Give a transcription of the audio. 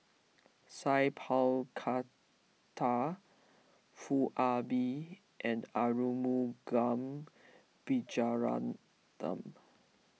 Sat Pal Khattar Foo Ah Bee and Arumugam Vijiaratnam